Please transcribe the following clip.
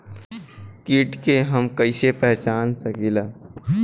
कीट के हम कईसे पहचान सकीला